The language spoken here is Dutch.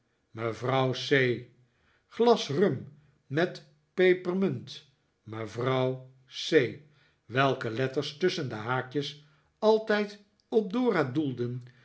glas rum met pepermunt mrs c welke letters tusschen de haakjes altijd op dora doelden